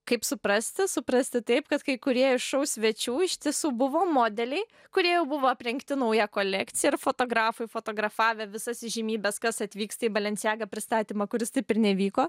kaip suprasti suprasti taip kad kai kurie iš šou svečių iš tisų buvo modeliai kurie jau buvo aprengti nauja kolekcija ir fotografai fotografavę visas įžymybes kas atvyksta į balenciaga pristatymą kuris taip ir neįvyko